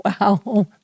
Wow